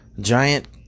giant